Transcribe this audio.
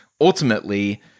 ultimately